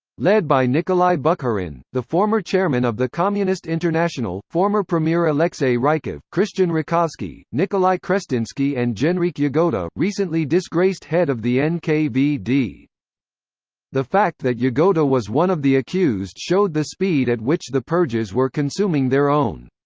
led by nikolai bukharin, the former chairman of the communist international, former premier alexei rykov, christian rakovsky, nikolai krestinsky and genrikh yagoda, recently disgraced head of the nkvd. the fact that yagoda was one of the accused showed the speed at which the purges were consuming their own.